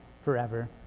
forever